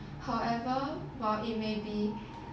however while it may be